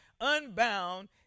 unbound